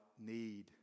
need